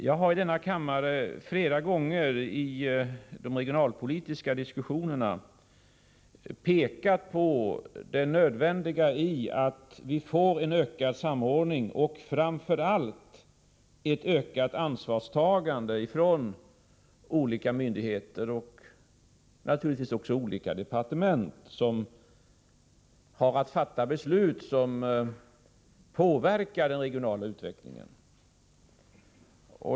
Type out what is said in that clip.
Jag har i denna kammare flera gånger i de regionalpolitiska diskussionerna pekat på det nödvändiga i att vi får en ökad samordning och framför allt ett ökat ansvarstagande ifrån olika myndigheter och naturligtvis också ifrån olika departement som har att fatta beslut som påverkar den regionala utvecklingen.